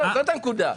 זאת הנקודה.